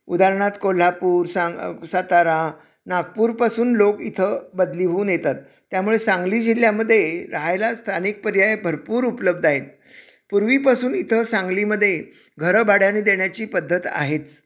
उदाहरणार्थ कोल्हापूर सांग सातारा नागपूरपासून लोक इथं बदली होऊन येतात त्यामुळे सांगली जिल्ह्यामध्ये राहायला स्थानिक पर्याय भरपूर उपलब्ध आहेत पूर्वीपासून इथं सांगलीमध्ये घरं भाड्याने देण्याची पद्धत आहेच